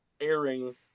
airing